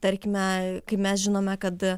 tarkime kai mes žinome kad